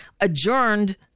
adjourned